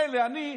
מילא אני,